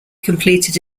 completed